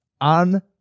On